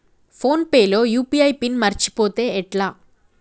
Phone pay లో UPI PIN మరచిపోతే ఎట్లా?